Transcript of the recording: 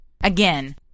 again